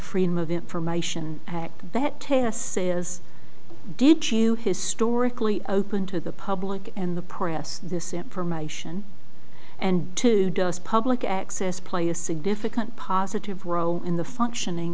freedom of information act that terrorists say is did historically open to the public and the press this information and to public access play a significant positive role in the functioning